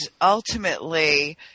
ultimately